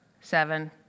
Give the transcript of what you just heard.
seven